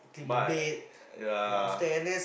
but uh ya